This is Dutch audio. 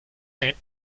zit